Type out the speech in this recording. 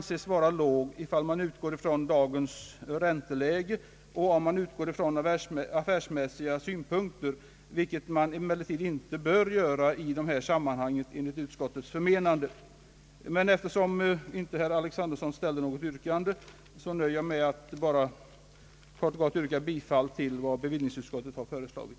ånses vara låg om man utgår från dagens ränteläge och från affärsmässiga synpunkter, vilket man emellertid enligt utskottets förmenande inte böra göra i detta sammanhang. Eftersom herr Alexanderson inte ställde något yrkande, nöjer jag mig med att yrka bifall till vad bevillningsutskottet har föreslagit.